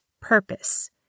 purpose